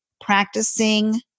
practicing